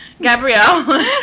gabrielle